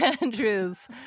andrews